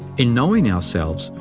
in knowing ourselves,